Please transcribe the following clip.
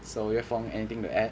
so yue fong anything to add